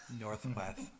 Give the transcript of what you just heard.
northwest